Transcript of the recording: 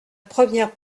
première